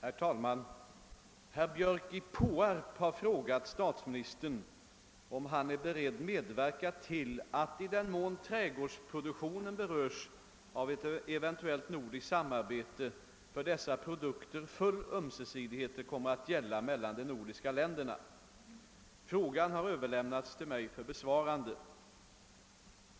Herr talman! Herr Björk i Påarp har frågat statsministern om han är beredd medverka till att, i den mån trädgårdsproduktionen berörs av ett eventuellt nordiskt samarbete, för dessa produkter full ömsesidighet kommer att gälla mellan de nordiska länderna. Frågan har överlämnats till mig för besvarande.